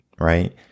right